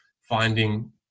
finding